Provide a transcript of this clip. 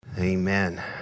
Amen